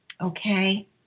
Okay